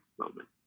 moment